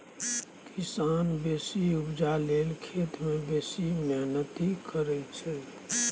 किसान बेसी उपजा लेल खेत मे बेसी मेहनति करय छै